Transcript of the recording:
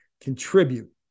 contribute